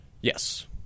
yes